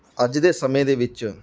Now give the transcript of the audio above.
ਅੱਜ ਦੇ ਸਮੇਂ ਦੇ ਵਿੱਚ